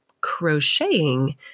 crocheting